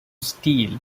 steal